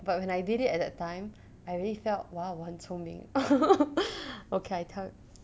but when I did it at that time I really felt !wow! 我很聪明 okay I tell